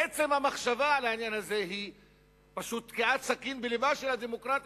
עצם המחשבה על העניין הזה היא פשוט תקיעת סכין בלבה של הדמוקרטיה.